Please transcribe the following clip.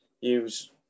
use